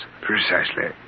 Precisely